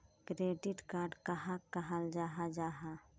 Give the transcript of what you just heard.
Credit card कहाक कहाल जाहा जाहा?